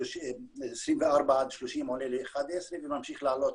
24 עד 30 עולה ל-11 וממשיך לעלות,